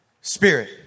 spirit